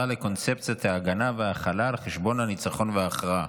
לקונספציית ההגנה וההכלה על חשבון הניצחון והכרעה.